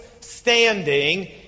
standing